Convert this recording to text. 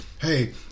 hey